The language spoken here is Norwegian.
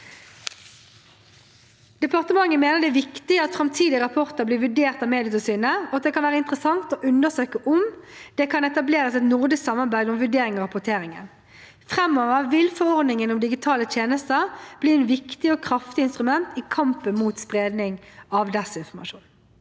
Departementet mener det er viktig at framtidige rapporter blir vurdert av Medietilsynet, og at det kan være interessant å undersøke om det kan etableres et nordisk samarbeid om vurdering av rapporteringen. Framover vil forordningen om digitale tjenester bli et viktig og kraftig instrument i kampen mot spredning av desinformasjon.